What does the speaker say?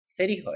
cityhood